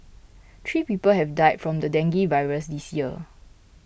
three people have died from the dengue virus this year